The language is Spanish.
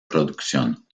producción